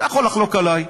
אתה יכול לחלוק עליי,